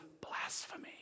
blasphemy